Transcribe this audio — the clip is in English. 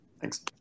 Thanks